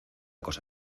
cosa